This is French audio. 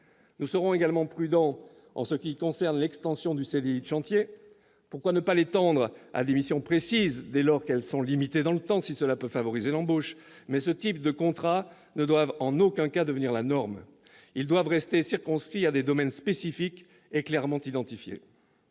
Nous serons également prudents en ce qui concerne le champ du CDI de chantier. Pourquoi ne pas l'étendre à des missions précises, dès lors qu'elles sont limitées dans le temps, si cela peut favoriser l'embauche ? Cependant, ce type de contrat ne doit en aucun cas devenir la norme. Son utilisation doit rester circonscrite à des domaines spécifiques et clairement identifiés.